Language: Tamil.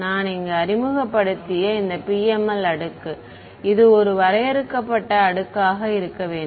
நான் இங்கு அறிமுகப்படுத்திய இந்த PML அடுக்கு இது ஒரு வரையறுக்கப்பட்ட அடுக்காக இருக்க வேண்டும்